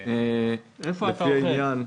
לפי העניין".